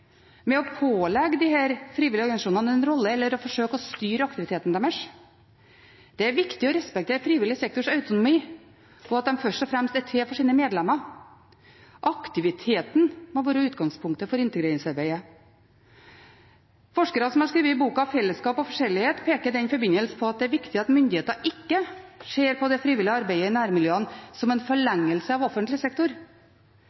med å pålegge disse frivillige organisasjonene en rolle eller å forsøke å styre aktiviteten deres. Det er viktig å respektere frivillig sektors autonomi, og at de først og fremst er til for sine medlemmer. Aktiviteten må være utgangspunktet for integreringsarbeidet. Forskerne som har skrevet boka Fellesskap og forskjellighet, peker i den forbindelse på at det er viktig at myndigheter ikke ser på det frivillige arbeidet i nærmiljøene som en